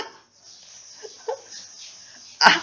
ah